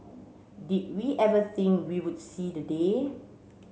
did we ever think we would see the day